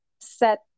set